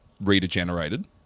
reader-generated